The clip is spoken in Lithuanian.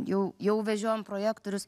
jau jau vežiojom projektorius